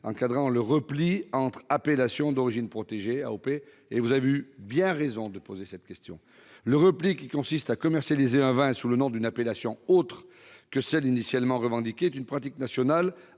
encadrant le repli entre appellations d'origine protégée, et vous avez eu tout à fait raison de poser cette question. Vous le savez : le repli, qui consiste à commercialiser un vin sous le nom d'une appellation autre que celle initialement revendiquée, est une pratique nationale